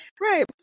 Right